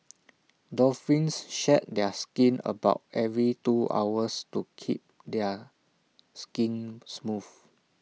dolphins shed their skin about every two hours to keep their skin smooth